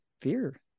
fear